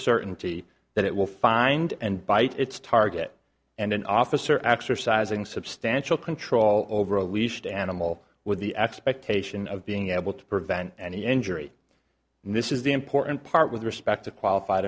certainty that it will find and bite its target and an officer exercising substantial control over a least animal with the expectation of being able to prevent any injury and this is the important part with respect to qualified